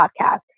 podcast